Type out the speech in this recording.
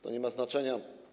To nie ma znaczenia.